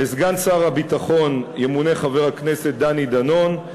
לסגן שר הביטחון ימונה חבר הכנסת דני דנון,